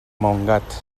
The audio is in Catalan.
montgat